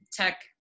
tech